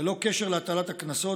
ללא קשר להטלת הקנסות,